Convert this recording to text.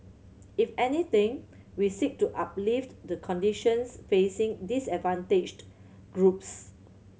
if anything we seek to uplift the conditions facing disadvantaged groups